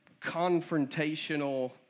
confrontational